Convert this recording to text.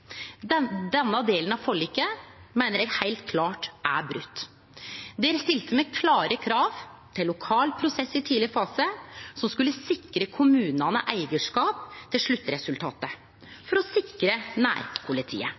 Den sentrale delen av forliket – i alle fall for Arbeidarpartiet, før me fekk dette på plass – var det løftet me gav til innbyggjarane. Denne delen av forliket meiner eg heilt klart er broten. Der stilte me klare krav til lokal prosess i tidleg fase, som skulle sikre kommunane eigarskap til sluttresultatet, for å sikre nærpolitiet.